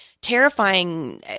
terrifying